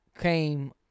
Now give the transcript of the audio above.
came